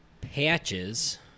Patches